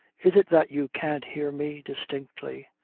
is it that you can't hear me distinctly?